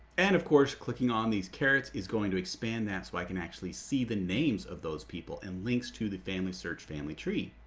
and of course clicking on these carrots is going to expand that so i can actually see the names of those people and links to the familysearch family tree.